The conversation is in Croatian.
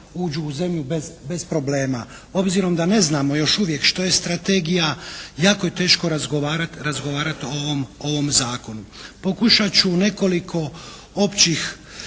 uđu u zemlju bez problema. Obzirom da ne znamo još uvijek što je strategija jako je teško razgovarati o ovom zakonu. Pokušat ću nekoliko općih